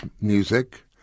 music